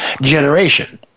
generation